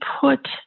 put